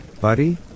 Buddy